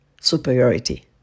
superiority